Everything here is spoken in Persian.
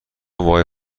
وای